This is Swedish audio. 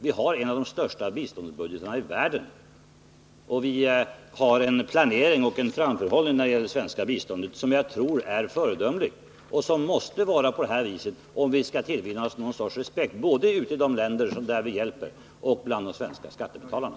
Vi har en av de största biståndsbudgeterna i världen, och vi har en planering och en framförhållning när det gäller biståndet som jag tror är föredömlig och som måste vara ordnad på det här sättet, om vi skall kunna tillvinna oss någon respekt både i länder som vi hjälper och bland de svenska skattebetalarna.